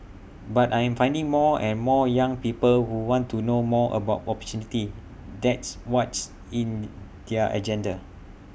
but I'm finding more and more young people who want to know more about opportunity that's what's in their agenda